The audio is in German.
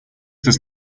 des